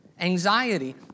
Anxiety